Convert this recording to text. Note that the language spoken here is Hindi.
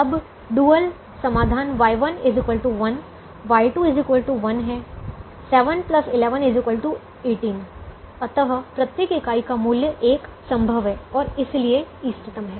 अब डुअल समाधान Y1 1 Y2 1 है 7 11 18 अतः प्रत्येक इकाई का मूल्य 1 संभव है और इसलिए इष्टतम है